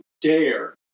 dare